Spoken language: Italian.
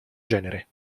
genere